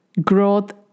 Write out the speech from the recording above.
Growth